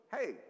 hey